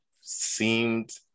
seemed